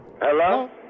Hello